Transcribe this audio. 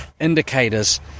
indicators